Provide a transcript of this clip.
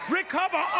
recover